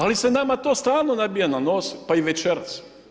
Ali se nama to stalno nabija na nos, pa i večeras.